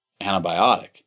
Antibiotic